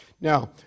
Now